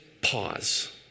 pause